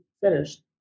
finished